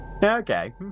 Okay